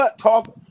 talk